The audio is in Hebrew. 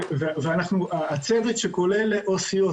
והצוות שכולל עו"סיות,